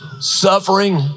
suffering